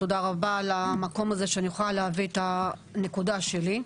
ותודה רבה על המקום הזה שאני יכולה להביא את הנקודה שלי.